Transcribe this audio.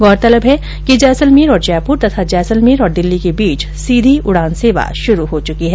गौरतलब है कि जैसलमेर और जयपुर तथा जैसलमेर और दिल्ली के बीच सीधी उड़ान सेवा शुरू हो चुकी है